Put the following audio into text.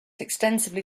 extensively